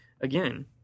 again